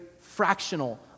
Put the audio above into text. fractional